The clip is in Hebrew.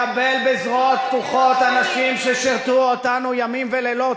לקבל בזרועות פתוחות אנשים ששירתו אותנו ימים ולילות,